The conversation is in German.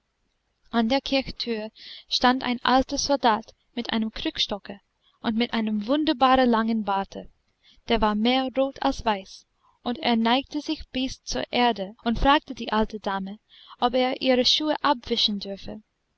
an der kirchthür stand ein alter soldat mit einem krückstocke und mit einem wunderbar langen barte der war mehr rot als weiß und er neigte sich bis zur erde und fragte die alte dame ob er ihre schuhe abwischen dürfe